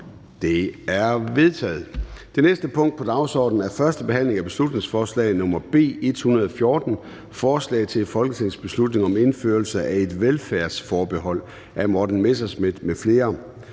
Det er vedtaget. --- Det næste punkt på dagsordenen er: 7) 1. behandling af beslutningsforslag nr. B 114: Forslag til folketingsbeslutning om indførelse af et velfærdsforbehold. Af Morten Messerschmidt (DF) m.fl.